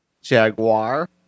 Jaguar